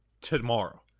tomorrow